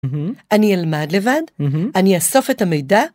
אני אלמד לבד, אני אאסוף את המידע.